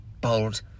bold